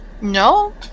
No